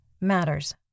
matters